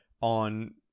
on